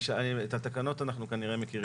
את התקנות אנחנו כנראה מכירים.